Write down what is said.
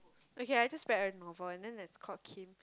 okay I just read a novel and then that's called Kim